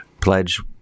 pledge